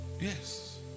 Yes